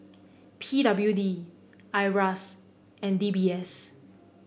P W D Iras and D B S